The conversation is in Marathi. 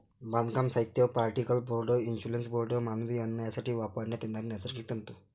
बांधकाम साहित्य, पार्टिकल बोर्ड, इन्सुलेशन बोर्ड, मानवी अन्न यासाठी वापरण्यात येणारे नैसर्गिक तंतू